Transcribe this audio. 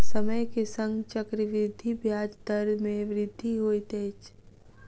समय के संग चक्रवृद्धि ब्याज दर मे वृद्धि होइत अछि